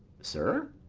sir?